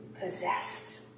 possessed